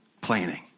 planning